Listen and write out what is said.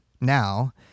now